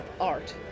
art